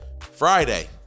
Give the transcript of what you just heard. Friday